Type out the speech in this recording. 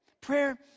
Prayer